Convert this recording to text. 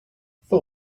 phil